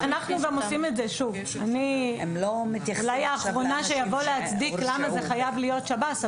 אני אולי האחרונה שאבוא להצדיק למה זה חייב להיות שב"ס,